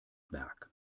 werk